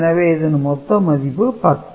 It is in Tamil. எனவே இதன் மொத்த மதிப்பு 10